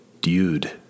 dude